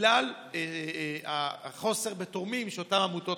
בגלל החוסר בתורמים לאותן עמותות.